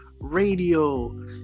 Radio